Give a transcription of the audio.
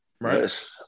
Right